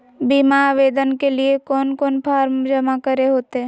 बीमा आवेदन के लिए कोन कोन फॉर्म जमा करें होते